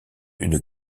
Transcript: une